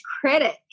credit